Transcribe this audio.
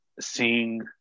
seeing